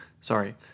Sorry